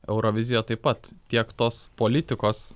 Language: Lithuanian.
eurovizija taip pat tiek tos politikos